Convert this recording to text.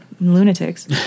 lunatics